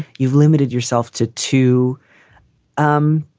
you've limited yourself to to um